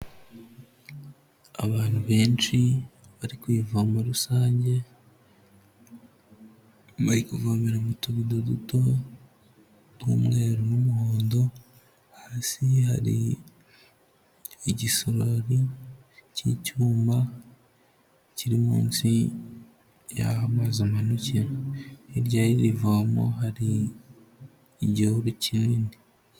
Abantu benshi bari ku ivomo rusange, bari kuvomera mu tubudo duto tw'umweru n'umuhondo, hasi hari igisorori cy'icyuma kiri munsi y'aho amazi amanukira, hirya y'iri vomo hari igihuru kinini.